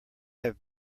have